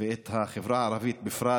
ואת החברה הערבית בפרט,